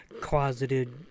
closeted